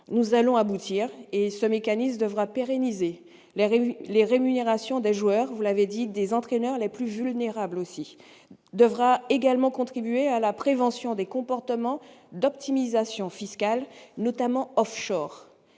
Nous allons donc aboutir. Ce mécanisme devra pérenniser les rémunérations des joueurs et entraîneurs les plus vulnérables, mais devra également contribuer à la prévention des comportements d'optimisation fiscale, notamment.